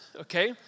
okay